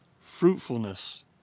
fruitfulness